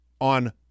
on